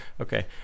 okay